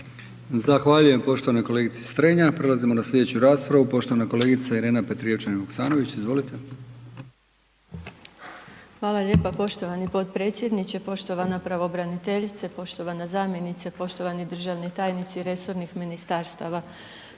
Zahvaljujem poštovanoj kolegici Strenja. Prelazimo na sljedeću raspravu poštovana kolegica Irena Petrijevčanin-Vuksanović. Izvolite. **Petrijevčanin Vuksanović, Irena (HDZ)** Hvala lijepa poštovani potpredsjedniče, poštovana pravobraniteljice, poštovana zamjenice, poštovani državni tajnici resornih ministarstava.